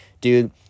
dude